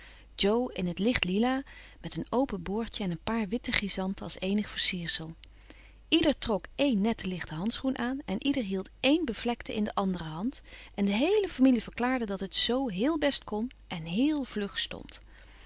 jo in t licht lila met een open boordje en een paar witte chrysanten als eenig versiersel ieder trok één netten lichten handschoen aan en ieder hield één bevlekten in de andere hand en de heele familie verklaarde dat het zoo heel best kon en heel vlug stond